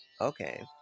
Okay